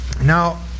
Now